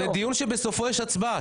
זה דיון שבסופו יש הצבעה,